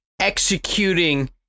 executing